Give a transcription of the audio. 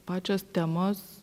pačios temos